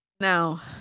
Now